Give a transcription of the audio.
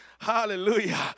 Hallelujah